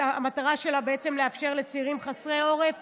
המטרה שלה לאפשר לצעירים חסרי עורף